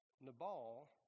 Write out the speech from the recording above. Nabal